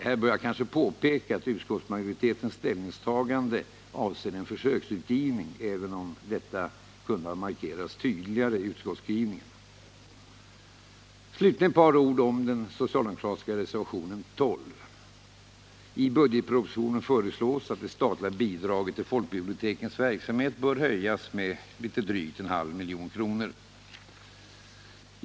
Här bör jag kanske påpeka att utskottsmajoritetens ställningstagande avser en försöksutgivning, även om detta kunde ha markerats tydligare i utskottsskrivningen. I budgetpropositionen föreslås att det statliga bidraget till folkbibliotekens verksamhet bör höjas med litet drygt en halv miljon kronor.